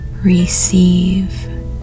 receive